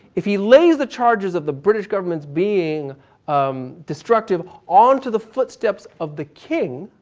if he lays the charges of the british's government being um destructive onto the footsteps of the king,